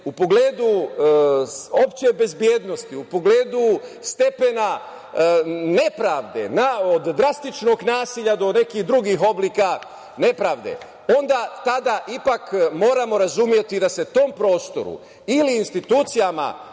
u pogledu opšte bezbednosti, u pogledu stepena nepravde od drastičnog nasilja do nekih drugih oblika nepravde, onda tada ipak moramo razumeti da se tom prostoru ili institucijama